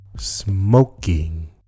Smoking